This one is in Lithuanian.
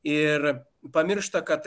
ir pamiršta kad